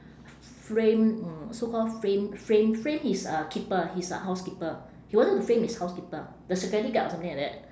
frame mm so call frame frame frame his uh keeper his uh housekeeper he wanted to frame his housekeeper the security guard or something like that